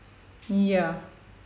ya